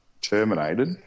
terminated